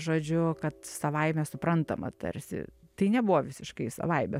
žodžiu kad savaime suprantama tarsi tai nebuvo visiškai savaime